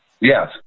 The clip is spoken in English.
yes